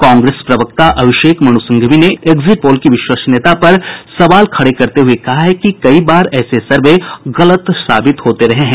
कांग्रेस प्रवक्ता अभिषेक मनु सिंघवी ने exit poll की विश्वसनीयता पर सवाल खड़े करते हये कहा है कि कई बार ऐसे सर्वे गलत साबित होते रहे हैं